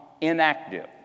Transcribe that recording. inactive